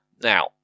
now